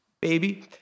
baby